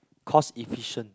cost efficient